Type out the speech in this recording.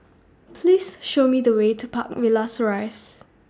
Please Show Me The Way to Park Villas Rise